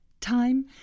Time